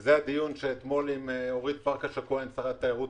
וזה הדיון שקיימנו אתמול עם שרת התיירות